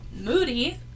Moody